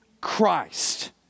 Christ